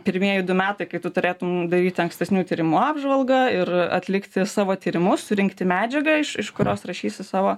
pirmieji du metai kai tu turėtum daryti ankstesnių tyrimų apžvalgą ir atlikti savo tyrimus surinkti medžiagą iš iš kurios rašysi savo